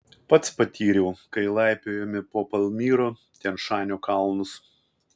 pats patyriau kai laipiojome po pamyro tian šanio kalnus